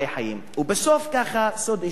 ובסוף, ככה סוד אישי, אדוני היושב-ראש.